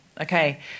Okay